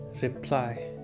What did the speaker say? reply